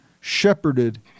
shepherded